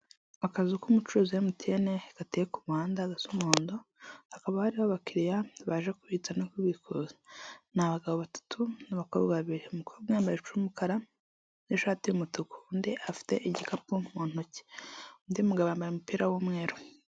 Akazu k'umucuruzi wa emutiyene gateye ku umuhanda gasa umuhondo, hakaba hari abakiriya baje kubitsa no kubikuza, ni abagabo batatu n'abakobwa babiri. Umukobwa yambaye ijipo y'umukara n'ishati y'umutuku, undi afite igikapu mu ntoki, undi mugabo yambaye umupira w'umweru.